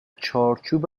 چارچوب